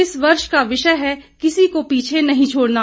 इस वर्ष का विषय है किसी को पीछे नहीं छोड़ना